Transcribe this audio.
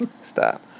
stop